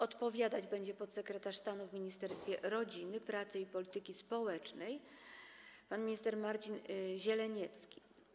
Odpowiadać będzie podsekretarz stanu w Ministerstwie Rodziny, Pracy i Polityki Społecznej pan minister Marcin Zieleniecki.